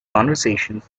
conversations